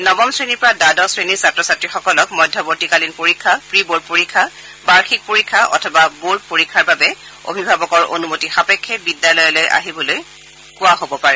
নৱম শ্ৰেণীৰ পৰা দ্বাদশ শ্ৰেণীৰ ছাত্ৰ ছাত্ৰীসকলক মধ্যৱৰ্তীকালীন পৰীক্ষা প্ৰি বোৰ্ড পৰীক্ষা বাৰ্ষিক পৰীক্ষা অথবা বোৰ্ড পৰীক্ষাৰ বাবে অভিভাৱকৰ অনুমতি সাপেক্ষে বিদ্যালয়লৈ আহিবলৈ কোৱা হ'ব পাৰে